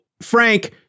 Frank